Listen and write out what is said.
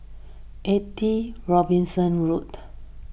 eighty Robinson Road